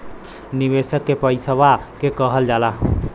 निवेशक के पइसवा के कहल जाला